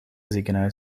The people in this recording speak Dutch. ziekenhuis